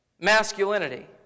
masculinity